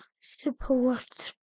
support